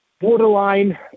borderline